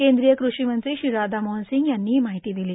केंद्रीय कृषी मंत्री श्री राधामोहन सिंग यांनी ही माहिती दिली